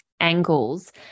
angles